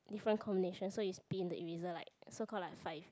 different combinations so you spin the eraser like so call like fight